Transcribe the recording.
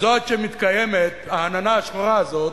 זאת שמתקיימת, העננה השחורה הזאת,